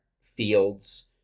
fields